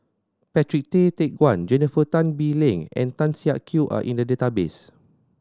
Patrick Tay Teck Guan Jennifer Tan Bee Leng and Tan Siak Kew are in the database